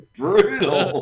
brutal